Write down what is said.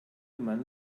mann